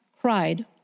cried